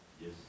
Yes